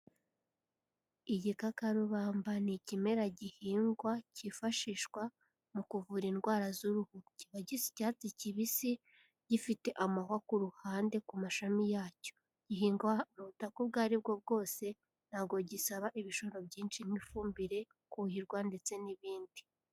Igikakarubamba ni ikimera gihingwa cyifashishwa mu kuvura indwara z'uruhu, kiba gisa icyatsi kibisi gifite amahwa ku ruhande ku mashami yacyo, gihingwa mu butaka ubwo aribwo bwose ntawo gisaba ibishoro byinshi nk'ifumbire, kuhirwa ndetse n'ibindi.